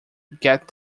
get